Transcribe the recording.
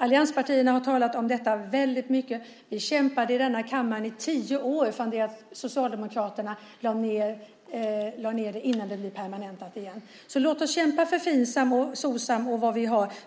Allianspartierna har talat mycket om detta. Vi kämpade för detta här i kammaren i tio år - från det att Socialdemokraterna lade ned det tills det blir permanentat igen. Låt oss kämpa för Finsam och Socsam